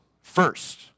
first